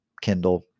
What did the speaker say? Kindle